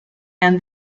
and